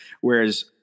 Whereas